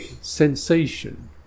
Sensation